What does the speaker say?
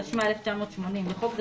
התשמ"א 1980 (בחוק זה,